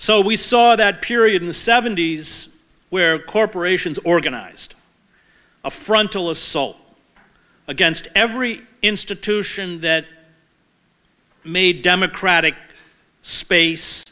so we saw that period in the seventy's where corporations organized a frontal assault against every institution that made democratic space